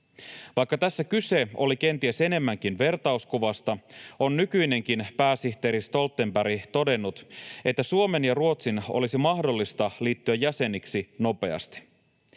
Vaikka tässä kyse oli kenties enemmänkin vertauskuvasta, on nykyinenkin pääsihteeri Stoltenberg todennut, että Suomen ja Ruotsin olisi mahdollista liittyä jäseniksi nopeasti.